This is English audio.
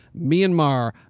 Myanmar